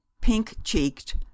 pink-cheeked